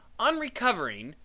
on recovering,